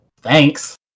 Thanks